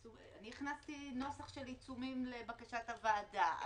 אני הכנסתי נוסח של עיצומים לבקשת הוועדה,